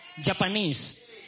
Japanese